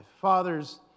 Fathers